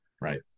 right